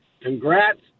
congrats